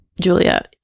Julia